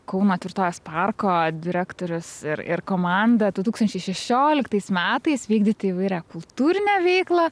kauno tvirtovės parko direktorius ir ir komanda du tūkstančiai šešioliktais metais vykdyti įvairią kultūrinę veiklą